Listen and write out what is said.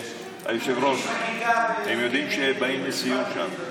היושב-ראש, הם יודעים שהם באים לסיור שם.